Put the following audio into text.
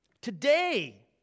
Today